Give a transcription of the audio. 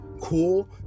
cool